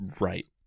Right